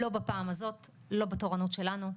לא בפעם הזאת, לא בתורנות שלנו.